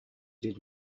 did